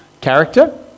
character